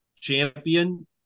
champion